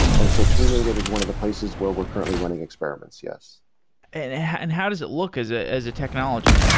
and so knative is one of the places where we're currently running experiments. yes and and how does it look as ah as a technology?